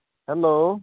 hello